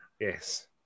Yes